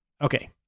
Okay